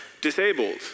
disabled